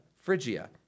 Phrygia